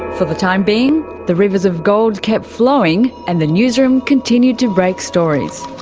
for the time being, the rivers of gold kept flowing and the newsroom continued to break stories.